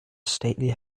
stately